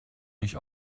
nicht